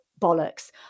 bollocks